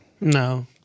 no